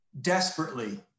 desperately